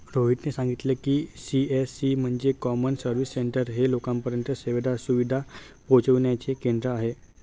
रोहितने सांगितले की, सी.एस.सी म्हणजे कॉमन सर्व्हिस सेंटर हे लोकांपर्यंत सेवा सुविधा पोहचविण्याचे केंद्र आहे